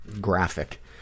graphic